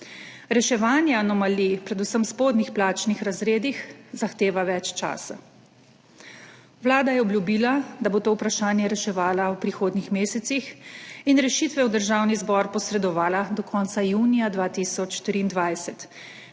Reševanje anomalij, predvsem v spodnjih plačnih razredih, zahteva več časa. Vlada je obljubila, da bo to vprašanje reševala v prihodnjih mesecih in rešitve v Državni zbor posredovala do konca junija 2023,